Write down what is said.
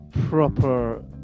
proper